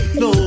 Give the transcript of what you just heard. no